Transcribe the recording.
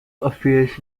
affairs